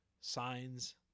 signs